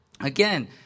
Again